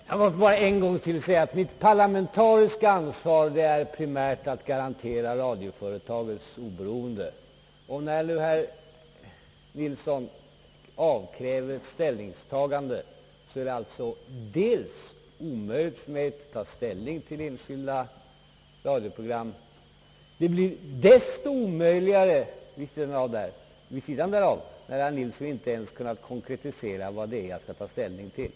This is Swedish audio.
Herr talman! Jag vill bara än en gång säga att mitt parlamentariska ansvar primärt är att garantera radioföretagets oberoende. När nu herr Nils son avkräver mig ett ställningstagande, så är det alltså dels omöjligt för mig att ta ställning till enskilda radioprogram och dels blir det desto omöjligare som herr Nilsson inte ens kunnat konkretisera vad det är jag skall ta ställning till.